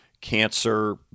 cancer